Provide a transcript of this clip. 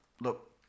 look